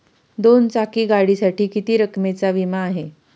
दोन चाकी गाडीसाठी किती रकमेचा विमा आहे?